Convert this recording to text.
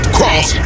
Cross